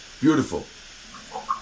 Beautiful